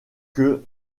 que